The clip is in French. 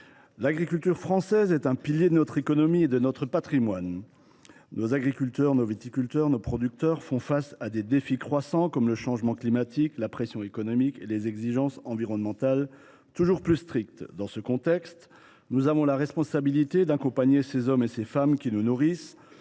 l’agriculture française est un pilier de notre économie et de notre patrimoine. Nos agriculteurs, nos viticulteurs, nos producteurs font face à des défis croissants, comme le changement climatique, la pression économique et des exigences environnementales toujours plus strictes. Dans ce contexte, nous avons la responsabilité d’accompagner ces hommes et ces femmes qui nous nourrissent,